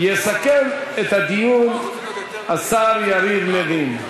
יסכם את הדיון השר יריב לוין.